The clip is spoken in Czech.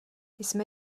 jsme